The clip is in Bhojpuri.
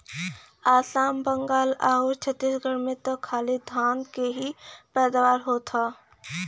आसाम, बंगाल आउर छतीसगढ़ में त खाली धान के ही पैदावार होत बाटे